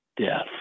death